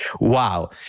wow